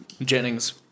Jennings